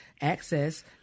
access